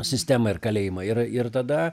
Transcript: sistemą ir kalėjimą ir ir tada